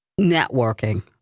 networking